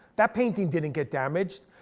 that painting didn't get damaged.